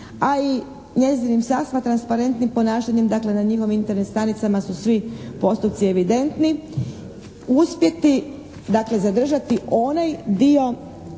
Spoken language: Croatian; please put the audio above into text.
a i njezinim sasma transparentnim ponašanjem, dakle, na njihovim Internet stranicama su svi postupci evidentni uspjeti dakle zadržati onaj dio,